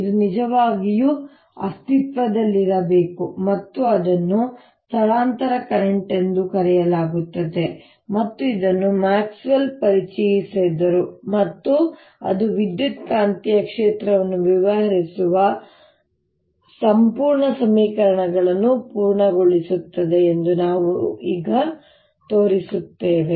ಇದು ನಿಜವಾಗಿಯೂ ಅಸ್ತಿತ್ವದಲ್ಲಿರಬೇಕು ಮತ್ತು ಅದನ್ನು ಸ್ಥಳಾಂತರ ಕರೆಂಟ್ ಎಂದು ಕರೆಯಲಾಗುತ್ತದೆ ಮತ್ತು ಇದನ್ನು ಮ್ಯಾಕ್ಸ್ವೆಲ್ ಪರಿಚಯಿಸಿದರು ಮತ್ತು ಅದು ವಿದ್ಯುತ್ಕಾಂತೀಯ ಕ್ಷೇತ್ರವನ್ನು ವಿವರಿಸುವ ಸಂಪೂರ್ಣ ಸಮೀಕರಣಗಳನ್ನು ಪೂರ್ಣಗೊಳಿಸುತ್ತದೆ ಎಂದು ನಾವು ಈಗ ತೋರಿಸುತ್ತೇವೆ